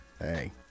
Hey